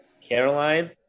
Caroline